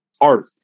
art